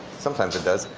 sometimes it does.